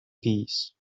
peace